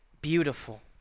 beautiful